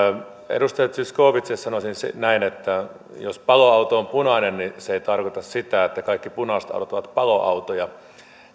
edustaja zyskowiczille sanoisin näin että jos paloauto on punainen niin se ei tarkoita sitä että kaikki punaiset autot ovat paloautoja